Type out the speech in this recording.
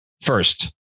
First